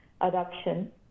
adoption